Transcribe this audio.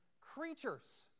creatures